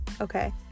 Okay